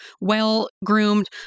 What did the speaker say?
well-groomed